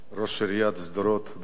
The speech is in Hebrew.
דוד בוסקילה,